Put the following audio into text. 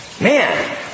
man